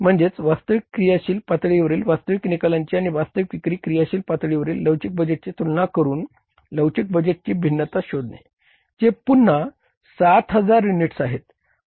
म्हणजे वास्तविक क्रियाशील पातळीवरील वास्तविक निकालांची आणि वास्तविक विक्री क्रियाशील पातळीवरील लवचिक बजेटची तुलना करुन लवचिक बजेटची भिन्नता शोधणे जे पुन्हा 7000 युनिट्स आहेत